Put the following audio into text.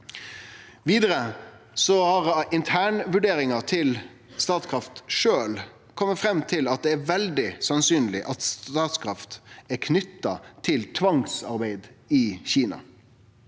Vidare har internvurderinga til Statkraft sjølv kome fram til at det er veldig sannsynleg at Statkraft er knytt til tvangsarbeid i Kina.